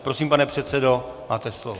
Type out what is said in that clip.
Prosím, pane předsedo, máte slovo.